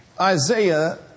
Isaiah